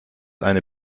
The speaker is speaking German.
eine